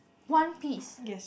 one piece